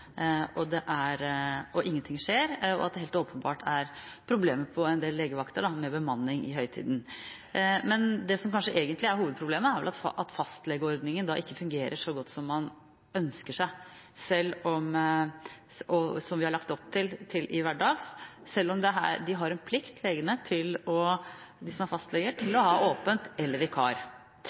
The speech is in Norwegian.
og ingenting skjer, og at det helt åpenbart er problemer på en del legevakter med bemanning i høytiden. Men det som kanskje egentlig er hovedproblemet, er at fastlegeordningen ikke fungerer så godt som man ønsker seg, og som vi har lagt opp til til hverdags, selv om fastlegene har en plikt til å